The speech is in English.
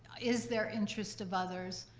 is there interest of others,